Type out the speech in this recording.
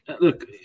Look